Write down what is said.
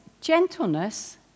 gentleness